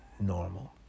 normal